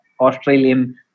australian